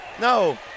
No